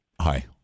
Hi